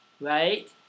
Right